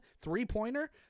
three-pointer